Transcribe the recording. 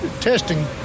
Testing